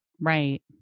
Right